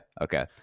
Okay